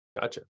Gotcha